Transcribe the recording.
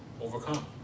Overcome